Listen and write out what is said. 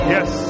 Yes